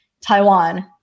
Taiwan